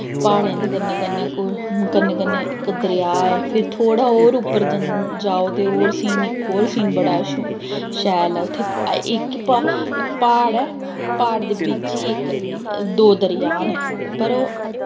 प्हाड़ें दे कन्नै कन्नै कन्नै कन्नै इक दरिया ऐ फिर थोह्ड़ा होर उप्पर जन जाओ ते होर सीन इक होर सीन बड़ा शैल ऐ उत्थै इक प्हाड़ ऐ प्हाड़ दे बिच्च ई इक दो दरेआ न पर ओह्